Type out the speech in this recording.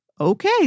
Okay